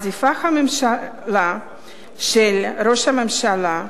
הממשלה של ראש הממשלה,